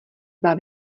dva